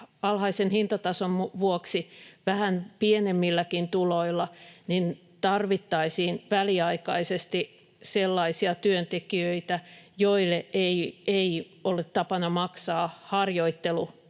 alhaisen hintatason vuoksi vähän pienemmilläkin tuloilla, tarvittaisiin väliaikaisesti sellaisia työntekijöitä, joille ei ole tapana maksaa harjoittelupalkkaa